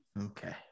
Okay